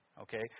Okay